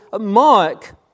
Mark